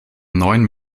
neun